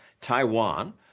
Taiwan